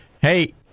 hey